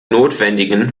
notwendigen